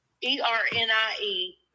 E-R-N-I-E